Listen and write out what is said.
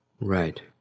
Right